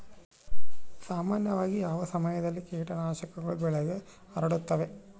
ಸಾಮಾನ್ಯವಾಗಿ ಯಾವ ಸಮಯದಲ್ಲಿ ಕೇಟನಾಶಕಗಳು ಬೆಳೆಗೆ ಹರಡುತ್ತವೆ?